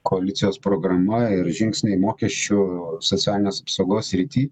koalicijos programa ir žingsniai mokesčių socialinės apsaugos srity